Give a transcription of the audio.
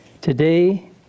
Today